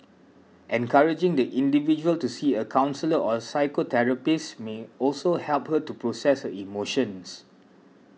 encouraging the individual to see a counsellor or psychotherapist may also help her to process her emotions